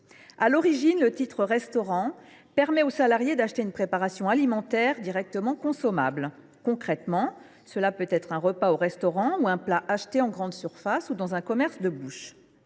À l’origine, le titre restaurant permet au salarié d’acheter une préparation alimentaire directement consommable. Concrètement, il peut s’agir d’un repas au restaurant, d’un plat acheté en grande surface ou dans un commerce de bouche.